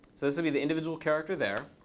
so this will be the individual character there.